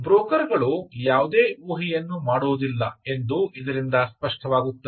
ಬ್ರೋಕರ್ಗಳು ಯಾವುದೇ ಊಹೆಯನ್ನು ಮಾಡುವುದಲ್ಲ ಎಂದು ಇದರಿಂದ ಸ್ಪಷ್ಟವಾಗುತ್ತದೆ